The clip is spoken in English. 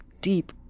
deep